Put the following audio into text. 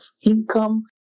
income